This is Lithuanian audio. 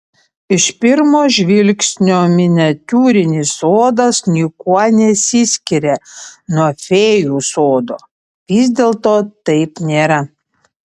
iš pirmo žvilgsnio miniatiūrinis sodas niekuo nesiskiria nuo fėjų sodo vis dėlto taip nėra